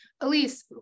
Elise